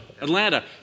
Atlanta